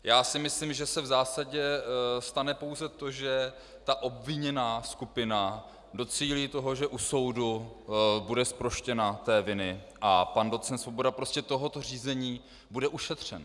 Já si myslím, že se v zásadě stane pouze to, že ta obviněná skupina docílí toho, že u soudu bude zproštěna viny a pan docent Svoboda prostě tohoto řízení bude ušetřen.